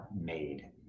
made